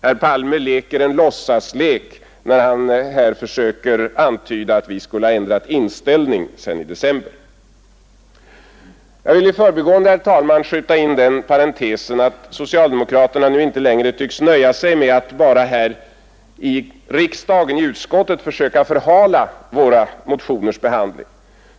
Herr Palme leker en låtsaslek, när han här försöker antyda att vi skulle ha ändrat inställning sedan december. Jag vill i förbigående, herr talman, skjuta in den parentesen att socialdemokraterna inte längre tycks nöja sig med att bara här i riksdagen och i utskottet försöka förhala våra motioners behandling.